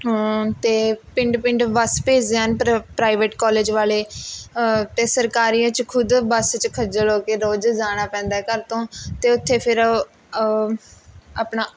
ਅਤੇ ਪਿੰਡ ਪਿੰਡ ਬੱਸ ਭੇਜਦੇ ਹਨ ਪਰ ਪ੍ਰਾਈਵੇਟ ਕੋਲਜ ਵਾਲੇ ਅਤੇ ਸਰਕਾਰੀਆਂ ਚੋ ਖ਼ੁਦ ਬੱਸ ਚੋਂ ਖੱਜਲ ਹੋ ਕੇ ਰੋਜ਼ ਜਾਣਾ ਪੈਂਦਾ ਏ ਘਰ ਤੋਂ ਅਤੇ ਉੱਥੇ ਫਿਰ ਆਪਣਾ